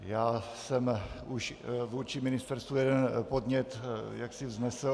Já jsem už vůči ministerstvu jeden podnět vznesl.